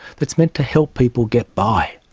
that's meant to help people get by.